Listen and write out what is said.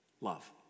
love